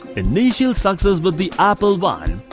initial success with the apple i,